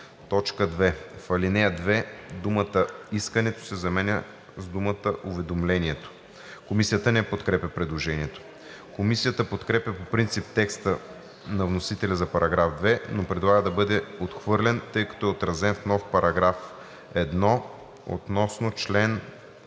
2. В алинея 2 думата „искането“ се заменя с думата „уведомлението“.“ Комисията не подкрепя предложението. Комисията подкрепя по принцип текста на вносителя за § 2, но предлага да бъде отхвърлен, тъй като е отразен в нов § 1 относно чл.